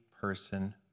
person